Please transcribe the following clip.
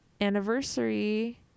anniversary